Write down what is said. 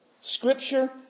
Scripture